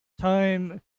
time